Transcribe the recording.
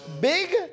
Big